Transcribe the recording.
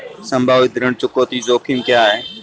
संभावित ऋण चुकौती जोखिम क्या हैं?